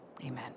Amen